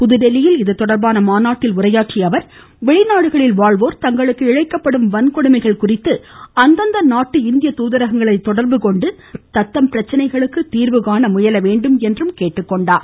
புதுதில்லியில் இதுதொடா்பான மாநாட்டில் உரையாற்றிய அவா் வெளிநாடுகளில் வாழ்வோர் தங்களுக்கு இழைக்கப்படும் வன்கொடுமைகள் குறித்து அந்தந்த நாட்டு இந்திய தூதரகங்களை தொடர்பு கொண்டு தத்தம் பிரச்சனைகளுக்கு தீர்வுகாண முன்வர வேண்டும் என்றும் கேட்டுக்கொண்டார்